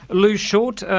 lew short,